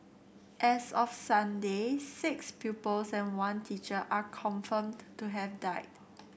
as of Sunday six pupils and one teacher are confirmed to have died